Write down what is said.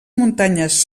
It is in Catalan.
muntanyes